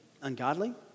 ungodly